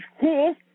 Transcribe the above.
cool